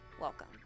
Welcome